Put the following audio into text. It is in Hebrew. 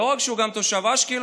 שלא רק שהוא גם תושב אשקלון,